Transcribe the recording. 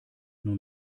nun